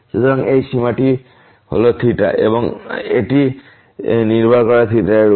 সুতরাং এই সীমা হল এবং এটি নির্ভর করে এর উপর